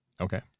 Okay